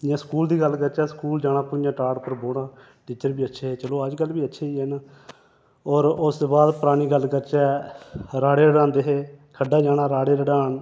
जि'यां स्कूल दी गल्ल करचै स्कूल जाना भु'ञां टाट पर बौह्ना टीचर बी अच्छे हे चलो अजकल बी अच्छे गै न होर उसदे बाद परानी गल्ल करचै राह्ड़े रडांदे हे खड्डा जाना राह्ड़े रढान